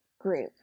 group